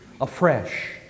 Afresh